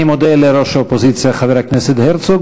אני מודה לראש האופוזיציה חבר הכנסת הרצוג,